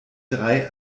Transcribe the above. drei